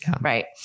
Right